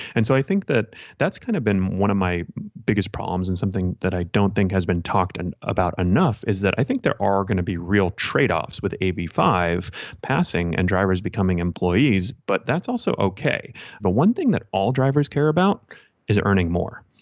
and so i think that that's kind of been one of my biggest problems and something that i don't think has been talked and about enough is that i think there are going to be real tradeoffs with hb five passing and drivers becoming employees but that's also ok but one thing that all drivers care about is earning more.